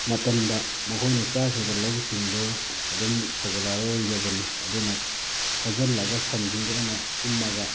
ꯃꯇꯝꯗ ꯃꯈꯣꯏꯅ ꯆꯥꯈ꯭ꯔꯤꯕ ꯂꯧꯁꯤꯡꯗꯨ ꯑꯗꯨꯝ ꯁꯧꯒꯠꯂꯛꯑꯔꯣꯏꯗꯕꯅꯤ ꯑꯗꯨꯅ ꯐꯥꯖꯜꯂꯒ ꯁꯟꯁꯤꯡꯗꯨ ꯑꯩꯅ ꯀꯨꯝꯃꯒ